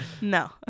No